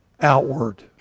outward